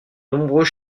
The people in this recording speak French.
nombreux